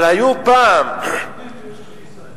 אבל היו פעם דירות